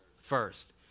first